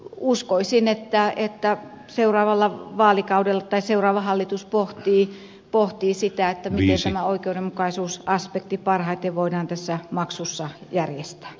uskoisin että seuraava hallitus pohtii sitä miten tämä oikeudenmukaisuusaspekti parhaiten voidaan tässä maksussa järjestää